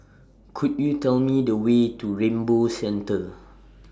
Could YOU Tell Me The Way to Rainbow Centre